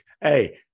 hey